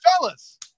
fellas